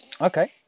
Okay